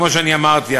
כמו שאמרתי,